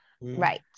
Right